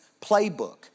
playbook